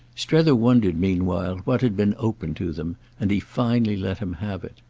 strether wondered meanwhile what had been open to them, and he finally let him have it.